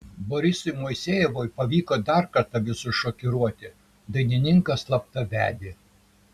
borisui moisejevui pavyko dar kartą visus šokiruoti dainininkas slapta vedė